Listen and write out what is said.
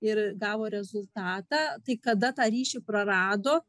ir gavo rezultatą tai kada tą ryšį prarado